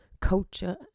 culture